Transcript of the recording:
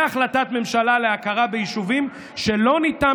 והחלטת ממשלה להכרה ביישובים שלא ניתן